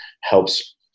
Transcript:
helps